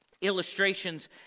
illustrations